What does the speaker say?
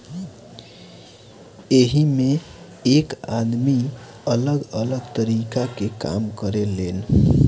एइमें एक आदमी अलग अलग तरीका के काम करें लेन